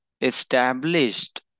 established